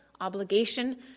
obligation